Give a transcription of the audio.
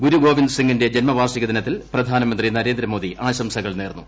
ഗുരു ഗോവിന്ദ് സിംഗിന്റെ ജന്മവാർഷിക ദിനത്തിൽ പ്രധാനമന്ത്രി നരേന്ദ്രമോദി ആശംസകൾ നേർന്നു